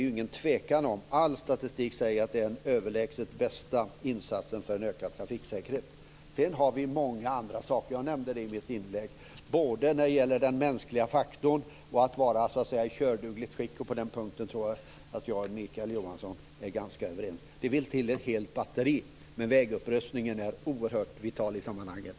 Utan tvekan är det - all statistik säger det - den överlägset bästa insatsen för ökad trafiksäkerhet. Sedan tar vi upp många andra saker, jag nämnde dem i mitt anförande, både den mänskliga faktorn och att vara i kördugligt skick, och på den punkten tror jag att jag och Mikael Johansson är ganska överens. Det vill till ett helt batteri, men vägupprustningen är oerhört vital i sammanhanget.